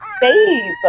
Babe